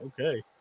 Okay